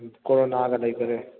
ꯀꯣꯔꯣꯅꯒ ꯂꯩꯈ꯭ꯔꯦ